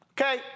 Okay